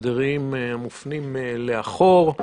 שבו מאתרים את האנשים שבאו במגע עם חולה מאומת.